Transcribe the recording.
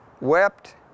wept